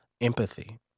empathy